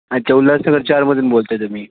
अच्छा उल्हासनगर चारमधून बोलत आहे तुम्ही